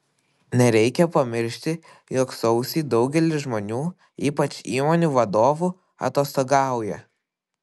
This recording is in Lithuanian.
nereikia pamiršti jog sausį daugelis žmonių ypač įmonių vadovų atostogauja